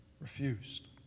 Refused